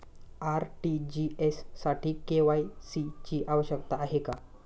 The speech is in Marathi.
आर.टी.जी.एस साठी के.वाय.सी ची आवश्यकता आहे का?